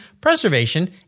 Preservation